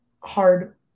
hard